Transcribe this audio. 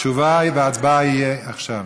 תשובה והצבעה יהיו עכשיו.